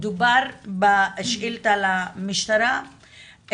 בשאילתא למשטרה,